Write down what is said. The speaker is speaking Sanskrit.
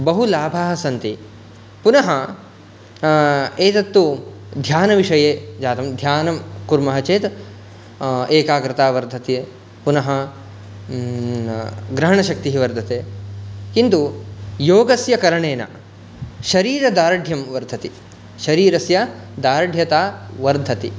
बहुलाभाः सन्ति पुनः एतत् तु ध्यानविषये जातं ध्यानं कुर्मः चेत् एकाग्रता वर्धते पुनः ग्रहणशक्तिः वर्धते किन्तु योगस्य करणेन शरीरदार्ढ्यं वर्धते शरीरस्य दार्ढ्यता वर्धति